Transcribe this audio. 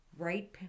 Right